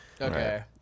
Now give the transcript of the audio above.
Okay